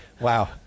Wow